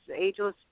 Ageless